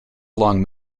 along